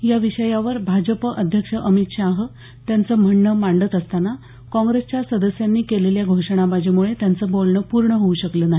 या विषयावर भाजप अध्यक्ष अमित शाह त्यांचं म्हणणं मांडत असताना काँग्रेसच्या सदस्यांनी केलेल्या घोषणाबाजीमुळे त्यांचं बोलणं पूर्ण होऊ शकलं नाही